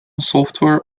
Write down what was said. software